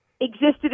existed